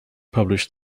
published